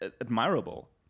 admirable